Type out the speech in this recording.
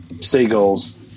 seagulls